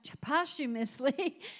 posthumously